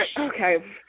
Okay